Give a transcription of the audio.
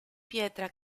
pietra